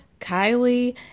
kylie